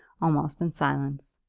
almost in silence.